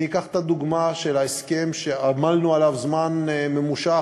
אני אקח את הדוגמה של ההסכם שעמלנו עליו זמן ממושך,